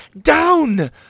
down